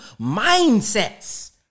mindsets